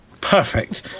Perfect